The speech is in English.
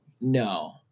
No